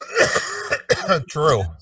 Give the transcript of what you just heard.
True